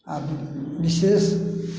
आ विशेष